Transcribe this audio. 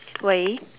喂